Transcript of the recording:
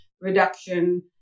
reduction